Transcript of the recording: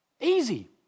easy